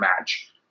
match